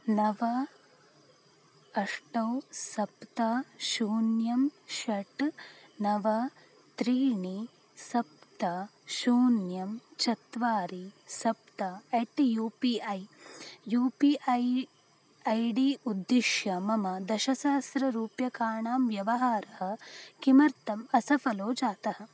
नव अष्टौ सप्त शून्यं षट् नव त्रीणि सप्त शून्यं चत्वारि सप्त at U P I U P I I D उद्दिश्य मम दशसहस्ररूप्यकाणां व्यवहार किमर्थम् असफलो जातः